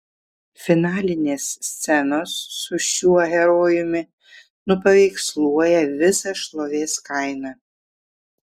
finalinės scenos su šiuo herojumi nupaveiksluoja visą šlovės kainą